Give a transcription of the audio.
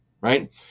right